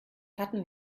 hatten